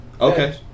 Okay